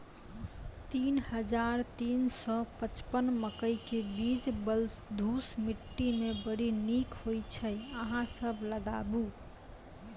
तीन हज़ार तीन सौ पचपन मकई के बीज बलधुस मिट्टी मे बड़ी निक होई छै अहाँ सब लगाबु?